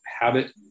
habit